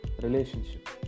relationship